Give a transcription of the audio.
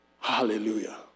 Hallelujah